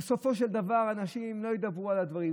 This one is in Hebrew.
בסופו של דבר אנשים לא ידברו על הדברים,